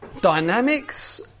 dynamics